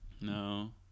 No